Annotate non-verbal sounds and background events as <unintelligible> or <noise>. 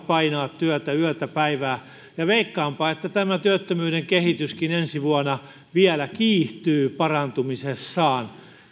<unintelligible> painaa työtä yötä päivää veikkaanpa että tämä työttömyyden kehityskin ensi vuonna vielä kiihtyy parantumisessaan